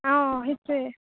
অঁ সেইটোৱে